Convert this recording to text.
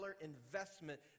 investment